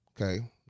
Okay